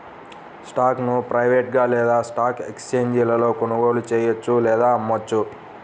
స్టాక్ను ప్రైవేట్గా లేదా స్టాక్ ఎక్స్ఛేంజీలలో కొనుగోలు చెయ్యొచ్చు లేదా అమ్మొచ్చు